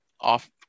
off